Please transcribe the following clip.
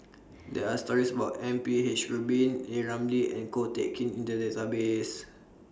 There Are stories about M P H Rubin A Ramli and Ko Teck Kin in The Database